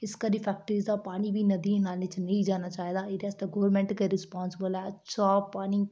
इस करियै फैक्टरी दा पानी बी नदियें नालें च नेईं जाना चाहिदा एह्दे आस्तै गौरमेंट गै रिस्पांसिबल ऐ पानी